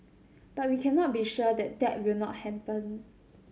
but we can not be sure that that will not happen